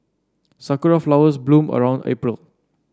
sakura flowers bloom around April